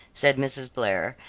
said mrs. blair,